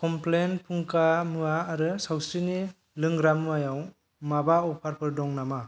complain फुंखा मुवा आरो सावस्रिनि लोंग्रामुवायाव माबा अफारफोर दङ नामा